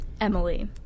Emily